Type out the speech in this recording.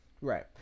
Right